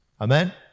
Amen